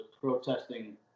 protesting